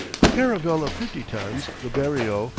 a caravel of fifty tons, the berrio,